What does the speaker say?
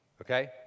okay